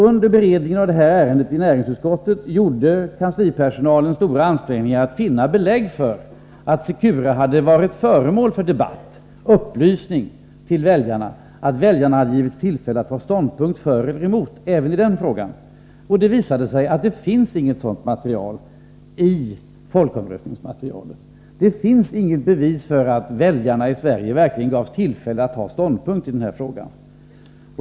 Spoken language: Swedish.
Under beredningen av detta ärende i näringsutskottet gjorde kanslipersonalen stora ansträngningar att finna belägg för att Secure hade varit föremål för debatt, upplysning till väljarna, att väljarna givits tillfälle att ta ståndpunkt för eller emot även i den frågan. Det visade sig att det finns inget sådant material i folkomröstningsmaterialet. Det finns inget bevis för att väljarna i Sverige verkligen gavs tillfälle att ta ståndpunkt i den här frågan.